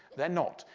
they're not.